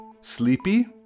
Sleepy